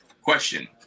Question